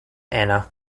ana